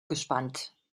gespannt